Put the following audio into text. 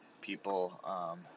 people